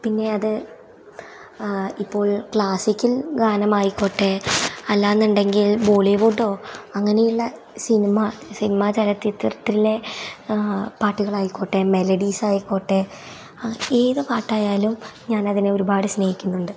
പിന്നെ അത് ഇപ്പോൾ ക്ലാസ്സിക്കൽ ഗാനമായിക്കോട്ടെ അല്ല എന്നുണ്ടെങ്കിൽ ബോളിവുഡോ അങ്ങനെയുള്ള സിനിമ സിനിമ ചലച്ചിത്രത്തിലെ പാട്ടുകളായിക്കോട്ടെ മെലഡീസായിക്കോട്ടെ ഏത് പാട്ടായാലും ഞാൻ അതിനെ ഒരുപാട് സ്നേഹിക്കുന്നുണ്ട്